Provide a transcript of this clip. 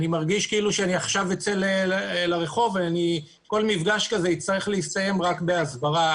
כאילו שעכשיו אני אצא לרחוב וכל מפגש כזה יצטרך להסתיים רק בהסברה.